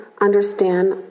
understand